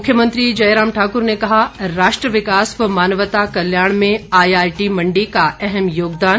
मुख्यमंत्री जयराम ठाकुर ने कहा राष्ट्र विकास व मानवता के कल्याण में आईआईटी मंडी का अहम योगदान